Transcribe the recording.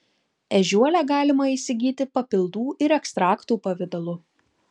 ežiuolę galima įsigyti papildų ir ekstraktų pavidalu